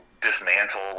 Dismantle